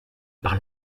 par